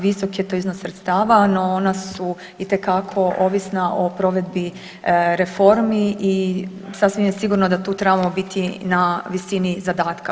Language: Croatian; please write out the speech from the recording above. Visok je to iznos sredstava, no ona su itekako ovisna o provedbi reformi i sasvim je sigurno da tu trebamo biti na visini zadatka.